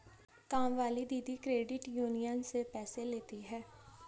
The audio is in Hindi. कामवाली दीदी क्रेडिट यूनियन से पैसे लेती हैं